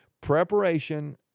Preparation